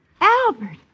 Albert